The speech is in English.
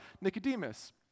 Nicodemus